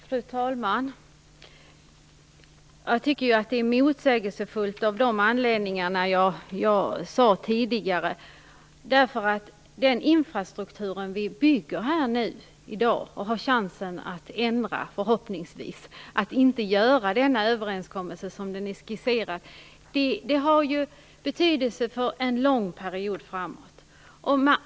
Fru talman! Jag tycker att det hela är motsägelsefullt av de anledningarna som jag tidigare nämnde. Den infrastruktur som byggs i dag och som vi förhoppningsvis har chans att ändra - dvs. att inte fullfölja denna överenskommelse som den är skisserad - har betydelse för en lång period framöver.